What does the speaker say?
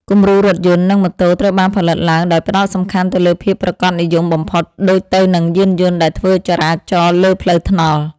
គំរូរថយន្ត និងម៉ូតូត្រូវបានផលិតឡើងដោយផ្ដោតសំខាន់ទៅលើភាពប្រាកដនិយមបំផុតដូចទៅនឹងយានយន្តដែលធ្វើចរាចរណ៍លើផ្លូវថ្នល់។